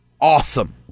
awesome